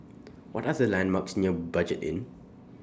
What Are The landmarks near Budget Inn